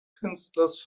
künstlers